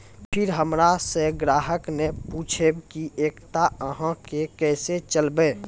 फिर हमारा से ग्राहक ने पुछेब की एकता अहाँ के केसे चलबै?